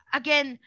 again